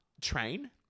train